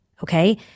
okay